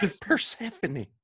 Persephone